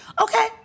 Okay